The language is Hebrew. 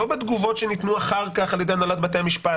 לא בתגובות שניתנו אחר כך על ידי הנהלת בתי המשפט,